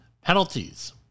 penalties